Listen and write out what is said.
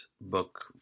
book